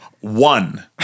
one